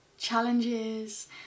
challenges